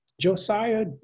Josiah